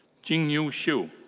jingyu xu.